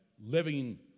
living